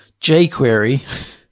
jQuery